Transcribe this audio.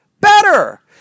better